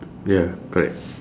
ya correct